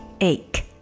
ache